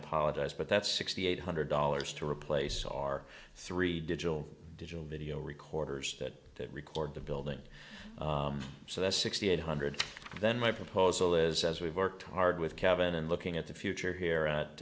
apologize but that's sixty eight hundred dollars to replace our three digital digital video recorders that record the building so that's sixty eight hundred then my proposal is as we've worked hard with kevin in looking at the future here